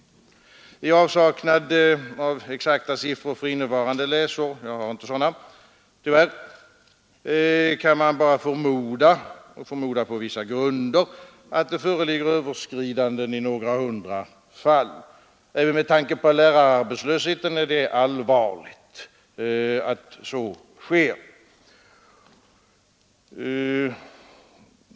I avsaknad av exakta siffror för innevarande läsår — jag har tyvärr inga sådana — kan man bara på vissa grunder förmoda att det föreligger överskridanden i några hundra fall. Även med tanke på lärararbetslösheten är detta allvarligt.